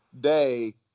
day